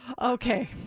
Okay